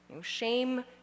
Shame